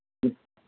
جی